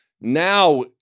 Now